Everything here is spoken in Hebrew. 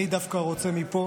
אני דווקא רוצה להגיד מפה,